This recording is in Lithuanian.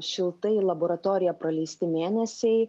šiltai laboratorijoje praleisti mėnesiai